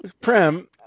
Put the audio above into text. Prem